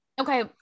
okay